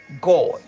God